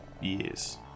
Years